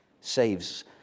saves